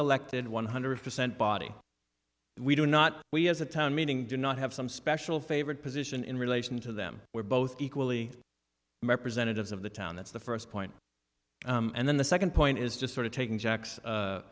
elected one hundred percent body we do not we as a town meeting do not have some special favorite position in relation to them we're both equally representatives of the town that's the first point and then the second point is just sort of taking